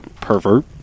pervert